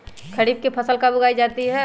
खरीफ की फसल कब उगाई जाती है?